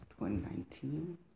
2019